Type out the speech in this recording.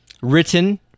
Written